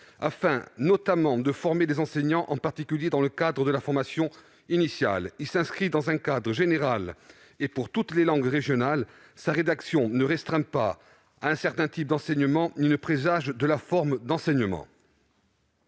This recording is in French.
afin notamment de former les enseignants, en particulier dans le cadre de la formation initiale. Cet amendement s'inscrit dans un cadre général et pour toutes les langues régionales ; sa rédaction ne restreint pas à un certain type d'enseignement ni ne présage de la forme de celui-ci.